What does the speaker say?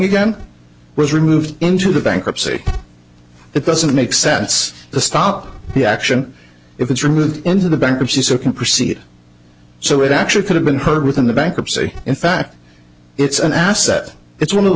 again was removed into the bankruptcy it doesn't make sense to stop the action if it's removed into the bankruptcy so can proceed so it actually could have been heard within the bankruptcy in fact it's an asset it's one of the